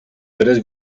tres